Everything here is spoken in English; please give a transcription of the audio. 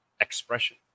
expression